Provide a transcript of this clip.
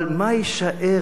אבל מה יישאר